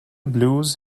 blues